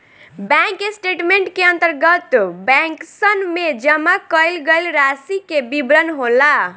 bank statement के अंतर्गत बैंकसन में जमा कईल गईल रासि के विवरण होला